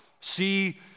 See